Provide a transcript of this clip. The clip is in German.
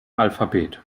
alphabet